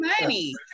money